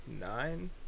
Nine